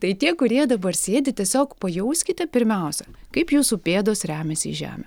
tai tie kurie dabar sėdi tiesiog pajauskite pirmiausia kaip jūsų pėdos remiasi į žemę